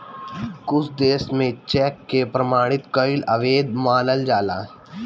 कुछ देस में चेक के प्रमाणित कईल अवैध मानल जाला